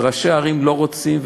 ראשי הערים לא רוצים,